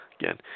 Again